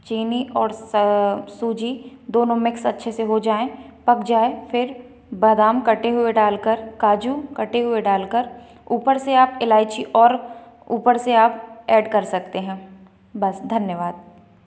चीनी और स सूजी दोनों मिक्स अच्छे से हो जाएँ पक जाए फिर बादाम कटे हुए डालकर काजू कटे हुए डालकर ऊपर से आप इलायची और ऊपर से आप ऐड कर सकते हैं बस धन्यवाद